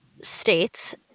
states